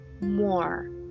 more